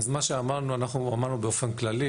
אמרנו באופן כללי,